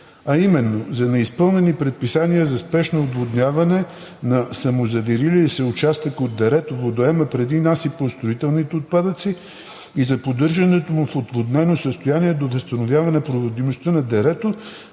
а именно за неизпълнени предписания за спешно отводняване на самозавирил се участък от дерето – водоемът преди насипно-строителните отпадъци, и за поддържането му в отводнено състояние до възстановяване проводимостта на дерето,